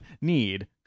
need